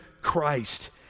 Christ